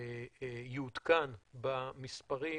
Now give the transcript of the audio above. יעודכן במספרים,